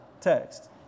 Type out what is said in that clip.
text